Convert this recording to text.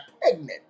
pregnant